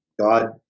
god